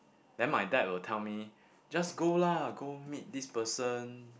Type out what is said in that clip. then my dad will tell me just go lah go meet this person